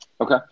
Okay